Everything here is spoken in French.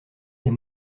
des